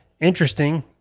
Interesting